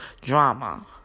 drama